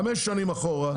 חמש שנים אחורה,